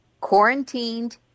Quarantined